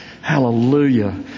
Hallelujah